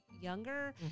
younger